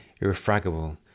irrefragable